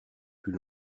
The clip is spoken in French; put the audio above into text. plus